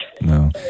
No